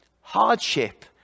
hardship